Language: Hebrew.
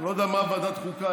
אני לא יודע מה ועדת חוקה,